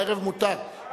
בערב מותר,